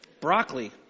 Broccoli